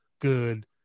good